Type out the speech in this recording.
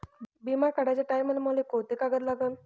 बिमा काढाचे टायमाले मले कोंते कागद लागन?